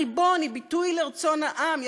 הריבון, היא ביטוי לרצון העם.